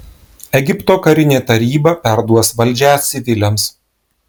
egipto karinė taryba perduos valdžią civiliams